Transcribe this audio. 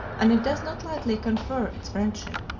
and it does not lightly confer its friendship.